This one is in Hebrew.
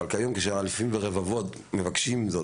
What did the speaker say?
אבל כיום כשאלפים ורבבות מבקשים זאת,